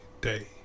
day